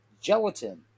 Gelatin